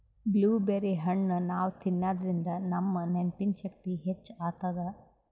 blueberry ಹಣ್ಣ್ ನಾವ್ ತಿನ್ನಾದ್ರಿನ್ದ ನಮ್ ನೆನ್ಪಿನ್ ಶಕ್ತಿ ಹೆಚ್ಚ್ ಆತದ್